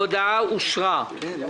הצבעה בעד,